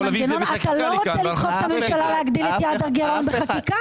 אתה לא רוצה מנגנון שידחוף את הממשלה להגדיל את יעד הגירעון בחקיקה.